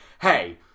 hey